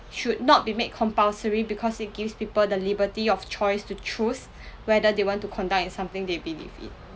should not be made compulsory because it gives people the liberty of choice to choose whether they want to conduct in something they believe in